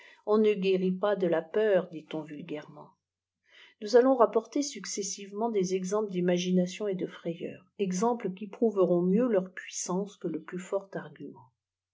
on ne guérit pas de la peur dit-on vulgairement nous allons rapporter successivement àeà exemples dlçtination et de frayeur exemples qui prouveront mieux leur puissance que le plus fort argument